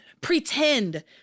pretend